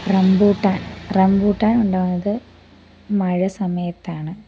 rambutan rambutan ഉണ്ടാകുന്നത് മഴ സമയത്താണ്